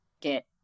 get